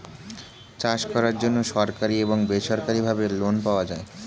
চাষ করার জন্য সরকারি এবং বেসরকারিভাবে লোন পাওয়া যায়